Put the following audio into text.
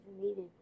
needed